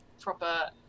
proper